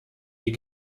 die